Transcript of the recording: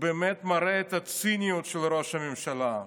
באמת מראה את הציניות של ראש הממשלה.